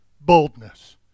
boldness